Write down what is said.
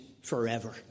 forever